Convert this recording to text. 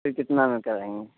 پھر کتنا میں کریں گے